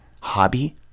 hobby